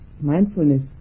mindfulness